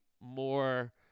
more